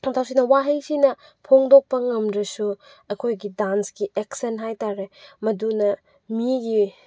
ꯈꯣꯟꯊꯣꯛꯁꯤꯅ ꯋꯥꯍꯩꯁꯤꯅ ꯐꯣꯡꯗꯣꯛꯄ ꯉꯝꯗ꯭ꯔꯁꯨ ꯑꯩꯈꯣꯏꯒꯤ ꯗꯥꯟꯁꯀꯤ ꯑꯦꯛꯁꯟ ꯍꯥꯏ ꯇꯥꯔꯦ ꯃꯗꯨꯅ ꯃꯤꯒꯤ